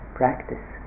practice